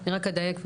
אני רק אדייק ואומר,